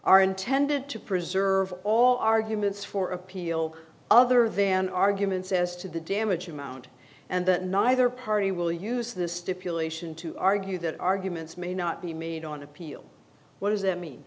are intended to preserve all arguments for appeal other than arguments as to the damage amount and that neither party will use this stipulation to argue that arguments may not be made on appeal what does that mean